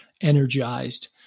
energized